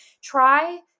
Try